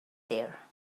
there